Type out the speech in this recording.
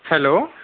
hello